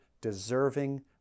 deserving